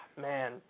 Man